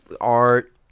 art